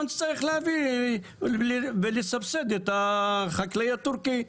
נצטרך להביא ולסבסד את החקלאי הטורקי,